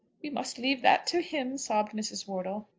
we must leave that to him, sobbed mrs. wortle.